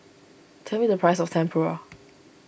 tell me the price of Tempura